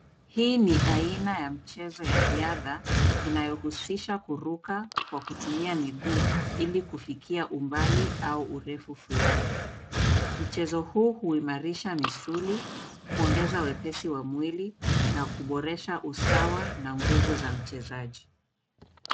Hii ni aina ya mchezo ya riadha inayohusisha kuruka kwa kutumia miguu ili kufikia umbali au urefu fulani. Mchezo huu huimarisha misuli, kuongeza wepesi wa mwili na kuboresha usawa na nguvu za mchezaji.